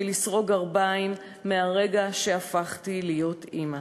לסרוג גרביים מהרגע שהפכתי להיות אימא".